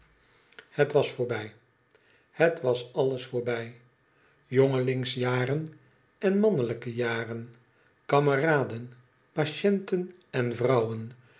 het was voorbij het was alles voorbij jongelingsjaren en mannelijke jaren kameraden patienten en vrouwen